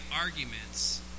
arguments